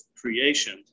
creation